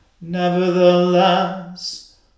Nevertheless